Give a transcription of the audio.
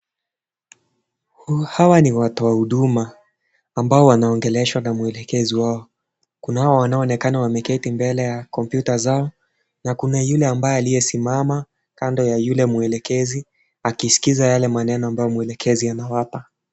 Hawa ni watoa huduma ambao wanaongeleshwa na mwelekezi wao kunao wanaonekana wameketi mbele ya kompyuta zao na kuna yule ambaye aliyesimama kando ya yule mwelekezi akisikiza yale maneno ambayo mwelekezi anawapa.